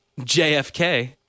jfk